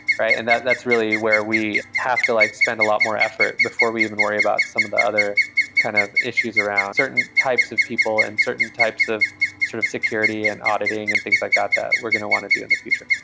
right? and that that's really where we have to like spend a lot more effort before we even worry about some of the other kind of issues around certain types of people and certain types of sort of security and auditing and things like that that we're going to want to do in the future.